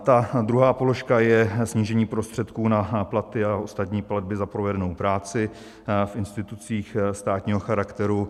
Ta druhá položka je snížení prostředků na platy a ostatní platby za provedenou práci v institucích státního charakteru.